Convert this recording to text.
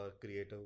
creative